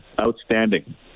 Outstanding